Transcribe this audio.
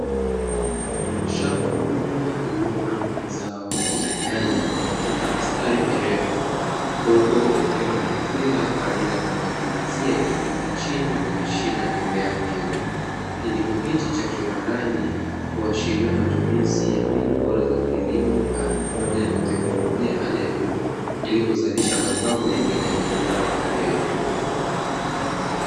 Shamba kubwa lililopandwa zao la nyanya katika katika misitari mirefu, huku kukiwa na mipira kwa ajili ya kumwagilizia ikipita chini kwenye mashina ya mimea hiyo. Kilimo hichi cha kiwandani huashiria matumizi ya mbinu bora za kilimo pamoja na teknolojia ya hali ya juu, ili kuzalisha mazao mengi na yenye ubora wa hali ya juu.